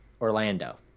Orlando